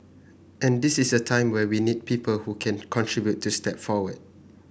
and this is a time when we need people who can contribute to step forward